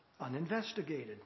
uninvestigated